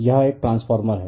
यह एक ट्रांसफॉर्मर है